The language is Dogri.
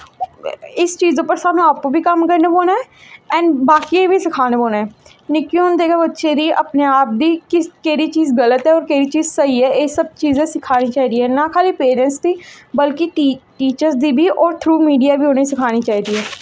इस चीज उप्पर सानू अप्पू बी कम्म करना पौना ऐ ऐंड बाकियें गी बी सखाना पौना ऐ निक्के होंदे गै बच्चे दी अपने आप दी किस केह्ड़ा चीज गल्त ऐ और केह्ड़ी चीज स्हेई ऐ एह् सब चीजें सखानी चाहिदी ऐ ना खाल्ली पेरैंट्स दी बल्कि टी टीचर दी बी थ्रू मीडिया बी उ'नें सखानी चाहिदी ऐ